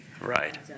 Right